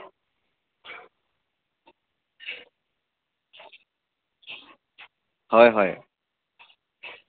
হয় হয়